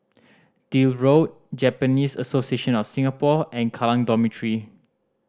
Deal Road Japanese Association of Singapore and Kallang Dormitory